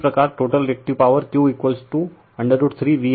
इसी प्रकार total reactive power Q √ 3VLI Lsin है